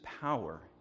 power